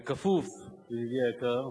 כפוף, ידידי היקר,